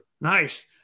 Nice